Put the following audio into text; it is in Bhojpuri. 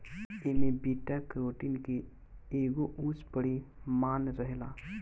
एमे बीटा कैरोटिन के एगो उच्च परिमाण रहेला